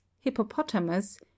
hippopotamus